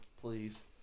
please